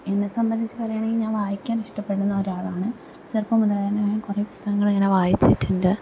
എന്നെ സംബന്ധിച്ച് പറയാണെങ്കിൽ ഞാൻ വായിക്കാൻ ഇഷ്ടപ്പെടുന്ന ഒരാളാണ് ചെറുപ്പം മുതലെ തന്നെ ഞാൻ കുറെ പുസ്തകങ്ങളിങ്ങനെ വായിച്ചിട്ടുണ്ട്